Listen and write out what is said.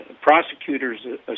prosecutors